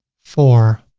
four,